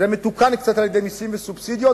זה מתוקן קצת על-ידי מסים וסובסידיות,